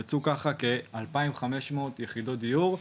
יצאו ככה כ-2,500 יחידות דיור.